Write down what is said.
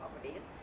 properties